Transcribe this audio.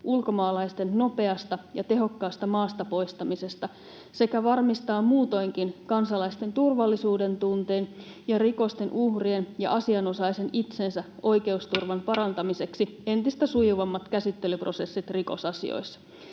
ulkomaalaisten nopeasta ja tehokkaasta maasta poistamisesta sekä varmistaa muutoinkin kansalaisten turvallisuudentunteen ja rikosten uhrien ja asianosaisen itsensä oikeusturvan parantamiseksi entistä sujuvammat käsittelyprosessit rikosasioissa.”